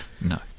No